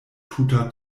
tuta